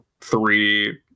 three